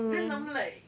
then I'm like